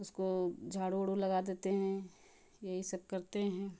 उसको झाड़ू वाड लगा देते हैं यही सब करते हैं